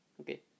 Okay